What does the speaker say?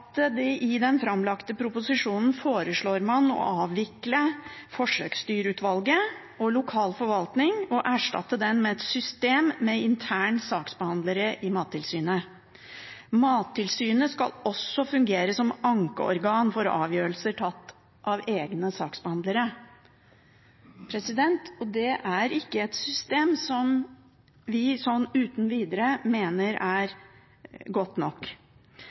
at man i den framlagte proposisjonen foreslår å avvikle forsøksdyrutvalget og lokal forvaltning, og erstatte det med et system med interne saksbehandlere i Mattilsynet. Mattilsynet skal også fungere som ankeorgan for avgjørelser tatt av egne saksbehandlere. Det er ikke et system som vi uten videre mener er godt nok.